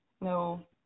No